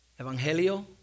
Evangelio